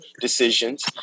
decisions